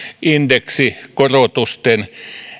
indeksikorotusten